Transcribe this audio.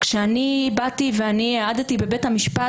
כשאני העדתי בבית המשפט,